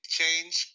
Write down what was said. change